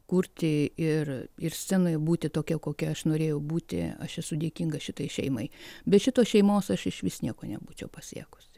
kurti ir ir scenoj būti tokia kokia aš norėjau būti aš esu dėkinga šitai šeimai be šitos šeimos aš išvis nieko nebūčiau pasiekusi